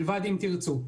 מלבד "אם תרצו".